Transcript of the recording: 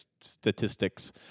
statistics